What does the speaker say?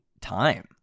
time